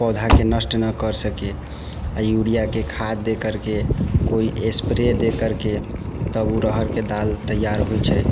पौधाके नष्ट नहि कर सके आ यूरियाके खाद देकरके कोइ स्प्रे दे करके तब ओ रहरके दाल तैयार होइत छै